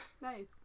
Nice